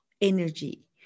energy